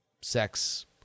sex